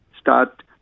start